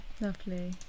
Lovely